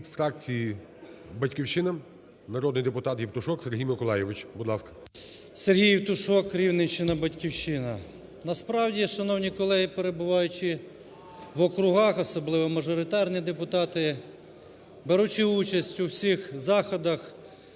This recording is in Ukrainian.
Від фракції "Батьківщина" народний депутат Євтушок Сергій Миколайович. Будь ласка. 12:54:08 ЄВТУШОК С.М. Сергій Євтушок, Рівненщина, "Батьківщина". Насправді, шановні колеги, перебуваючи в округах, особливо мажоритарні депутати, беручи участь у всіх заходах